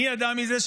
מי ידע מזה?